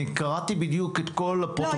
קראתי בדיוק את כל הפרוטוקול --- לא,